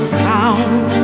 sound